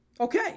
Okay